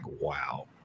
wow